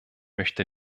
möchte